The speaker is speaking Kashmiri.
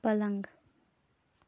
پلنٛگ